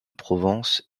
provence